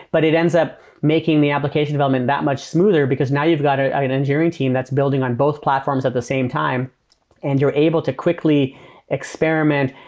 but it ends up making the application development that much smoother because now you've got an an engineering team that's building on both platforms at the same time and you're able to quickly experiment,